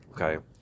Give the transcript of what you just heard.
Okay